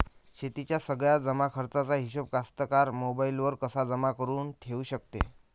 शेतीच्या सगळ्या जमाखर्चाचा हिशोब कास्तकार मोबाईलवर कसा जमा करुन ठेऊ शकते?